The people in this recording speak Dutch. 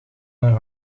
een